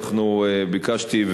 ביקשתי,